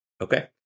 Okay